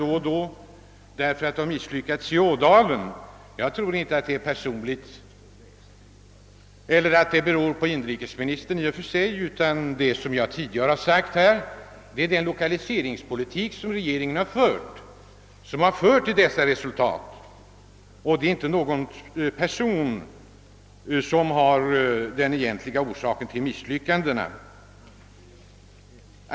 Ati det blivit ett misslyckande i Ådalen tror jag i och för sig inte beror på inrikesministern, utan det är — som jag tidigare sagt — den av regeringen förda lokaliseringspolitiken som lett till dessa resultat. Det är alltså inte någon enskild person som är den egentliga orsaken till misslyckandena.